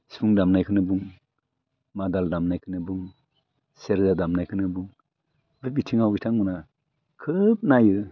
सिफुं दामनायखौनो बुं मादाल दामनायखौनो बुं सेरजा दामनायखौनो बुं बे बिथिङाव बिथांमोना खोब नायो